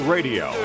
Radio